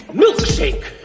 milkshake